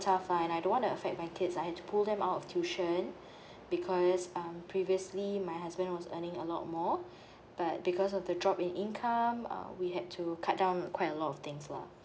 tough and I don't wanna affect my kids I have to pull them out of tuition because um previously my husband was earning a lot more but because of the drop in income uh we had to cut down quite a lot of things lah